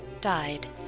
died